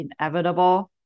inevitable